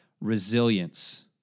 resilience